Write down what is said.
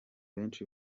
benshi